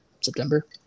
September